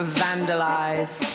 vandalize